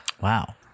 Wow